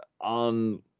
on